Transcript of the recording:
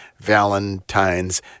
Valentine's